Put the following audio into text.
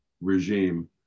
regime